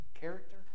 character